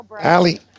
Allie